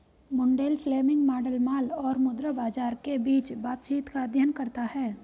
Mundell Fleming model माल और मुद्रा बाजार के बीच बातचीत का अध्ययन करता है